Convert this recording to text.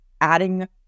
adding